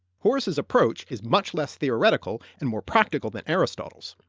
horace's approach is much less theoretical and more practical than aristotle's.